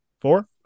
Four